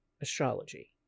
astrology